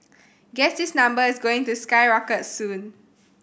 guess this number is going to skyrocket soon